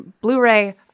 Blu-ray